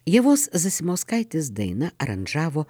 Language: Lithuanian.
ievos zasimauskaitės daina aranžavo